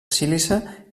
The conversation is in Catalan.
sílice